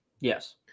Yes